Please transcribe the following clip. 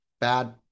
bad